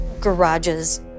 garages